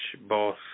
boss